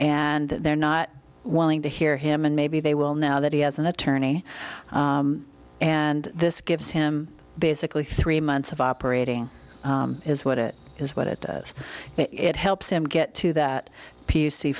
and they're not willing to hear him and maybe they will now that he has an attorney and this gives him basically three months of operating is what it is what it does it helps him get to that p